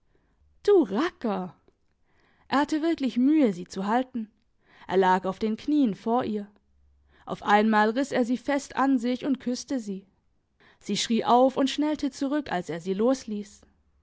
du racker er hatte wirklich mühe sie zu halten er lag auf den knieen vor ihr auf einmal riss er sie fest an sich und küsste sie sie schrie auf und schnellte zurück als er sie los